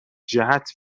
جهت